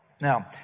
Now